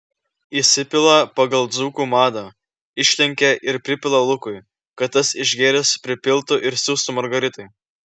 įsipila pagal dzūkų madą išlenkia ir pripila lukui kad tas išgėręs pripiltų ir siųstų margaritai